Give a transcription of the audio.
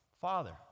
Father